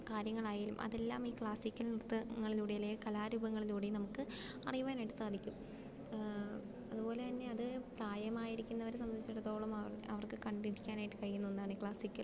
കാര്യങ്ങളായാലും അതെല്ലാം ഈ ക്ലാസ്സിക്കൽ നൃത്തങ്ങളിലൂടെയും അല്ലെങ്കില് കലാരൂപങ്ങളിലൂടെയും നമുക്ക് അറിയുവാനായിട്ട് സാധിക്കും അതുപോലെത്തന്നെ അത് പ്രായമായിരിക്കുന്നവരെ സംബന്ധിച്ചിടത്തോളം അവർക്ക് കണ്ടിരിക്കാനായിട്ട് കഴിയുന്നൊന്നാണ് ഈ ക്ലാസിക്കൽ